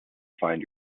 find